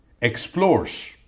explores